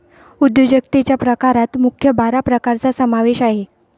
उद्योजकतेच्या प्रकारात मुख्य बारा प्रकारांचा समावेश आहे